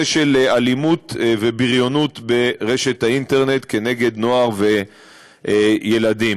של אלימות ובריונות באינטרנט כנגד נוער וילדים.